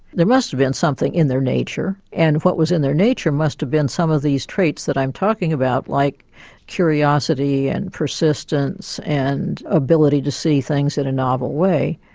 there must have been something in their nature and what was in their nature must have been some of these traits that i'm talking about like curiosity and persistence and ability to see things in a novel way.